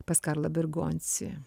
pas karlą bergonsi